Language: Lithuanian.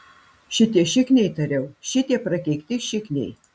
šitie šikniai tariau šitie prakeikti šikniai